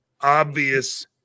obvious